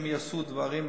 אם הן יעשו דברים מסוימים,